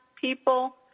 people